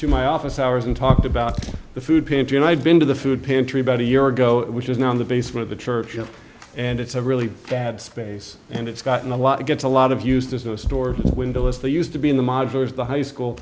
to my office hours and talked about the food pantry and i'd been to the food pantry about a year ago which is now on the base for the true and it's a really bad space and it's gotten a lot it gets a lot of used as a store window as they used to be in the module as the high school